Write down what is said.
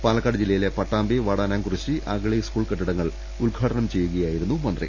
പാലക്കാട് ജില്ലയിലെ Pattambi Vadanamkurissi Agali school കെട്ടിടങ്ങൾ ഉദ്ഘാടനം ചെയ്യുക യായിരുന്നു മന്ത്രി